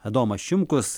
adomas šimkus